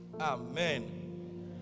Amen